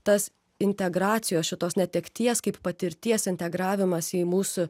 tas integracijos šitos netekties kaip patirties integravimas į mūsų